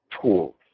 tools